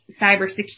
cybersecurity